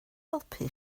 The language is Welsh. helpu